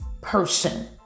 person